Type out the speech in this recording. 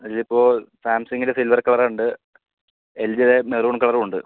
അതിലിപ്പോൾ സാംസങ്ങിൻ്റെ സിൽവെർ കളറുണ്ട് എൽ ജിടെ മെറൂൺ കളറും ഉണ്ട്